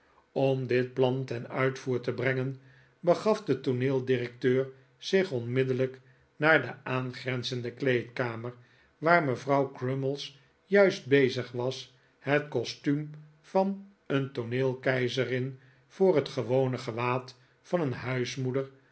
om dit plan ten uitvoer te brengen begat de tooneeldirecteur zich onmiddellijk naar de aangrenzende kleedkamer waar mevrouw crummies juist bezig was het costuum van een tooneelkeizerin voor het gewone gewaad van een huismoeder